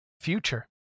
future